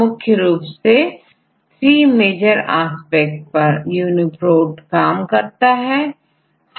मुख्य रूप से3 मेजर एस्पेक्ट परUni Prot काम करता है